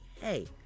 hey